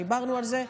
דיברנו על זה.